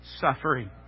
suffering